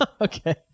okay